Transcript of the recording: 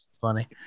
funny